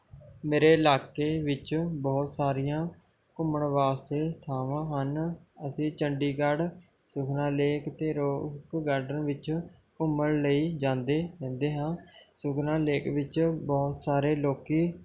ਮੇਰੇ ਇਲਾਕੇ ਵਿੱਚ ਬਹੁਤ ਸਾਰੀਆਂ ਘੁੰਮਣ ਵਾਸਤੇ ਥਾਵਾਂ ਹਨ ਅਸੀਂ ਚੰਡੀਗੜ੍ਹ ਸੁਖਨਾ ਲੇਕ ਅਤੇ ਰੌਕ ਗਾਰਡਨ ਵਿੱਚ ਘੁੰਮਣ ਲਈ ਜਾਂਦੇ ਰਹਿੰਦੇ ਹਾਂ ਸੁਖਨਾ ਲੇਕ ਵਿੱਚ ਬਹੁਤ ਸਾਰੇ ਲੋਕ